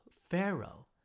Pharaoh